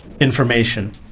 Information